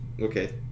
Okay